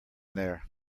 there